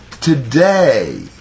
today